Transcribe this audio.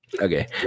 Okay